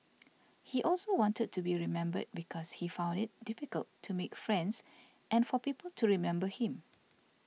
he also wanted to be remembered because he found it difficult to make friends and for people to remember him